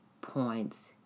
points